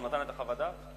הוא נתן את חוות הדעת?